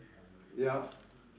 ya